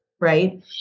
right